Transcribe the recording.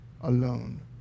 alone